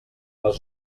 les